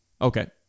okay